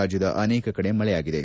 ರಾಜ್ಞದ ಅನೇಕ ಕಡೆ ಮಳೆಯಾಗಿದೆ